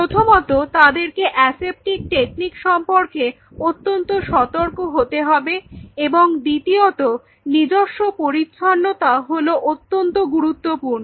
প্রথমত তাদেরকে aseptic technique সম্পর্কে অত্যন্ত সতর্ক হতে হবে এবং দ্বিতীয়তঃ নিজস্ব পরিছন্নতা হল অত্যন্ত গুরুত্বপূর্ণ